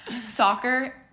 Soccer